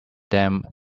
them